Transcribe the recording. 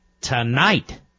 tonight